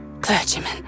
clergyman